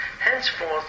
henceforth